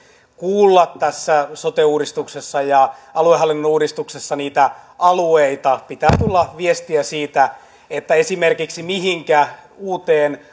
kuulla tässä sote uudistuksessa ja aluehallinnon uudistuksessa alueita pitää tulla viestiä esimerkiksi siitä mihinkä uuteen